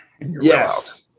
Yes